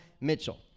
Mitchell